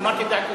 אמרתי את דעתי.